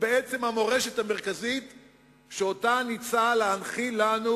ובעצם המורשת המרכזית שאותה ניסה להנחיל לנו,